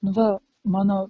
nu va mano